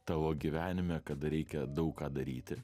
tavo gyvenime kada reikia daug ką daryti